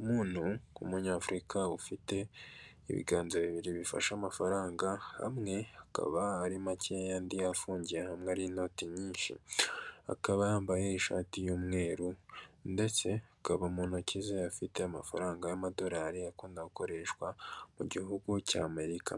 Umuntu w'umunyafurika ufite ibiganza bibiri bifasha amafaranga hamwe akaba ari make afungiye hamwe n'inoti nyinshi, akaba yambaye ishati y'umweru ndetse akaba mu ntoki ze afite amafaranga y'amadolari akunda gukoreshwa mu gihugu cy'Amerika